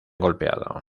golpeado